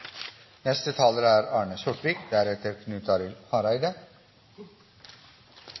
Neste taler er Arne